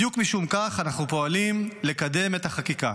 בדיוק משום כך אנו פועלים לקדם את החקיקה,